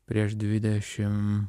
prieš dvidešim